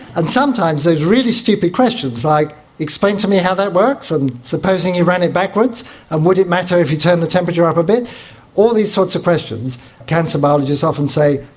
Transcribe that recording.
and sometimes those really stupid questions like, explain to me how that works and, supposing you ran it backwards and, would it matter if you turned the temperature up a bit all these sorts of questions cancer biologists often say,